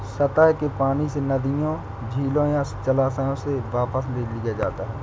सतह के पानी से नदियों झीलों या जलाशयों से वापस ले लिया जाता है